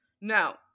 now